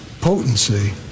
potency